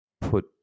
put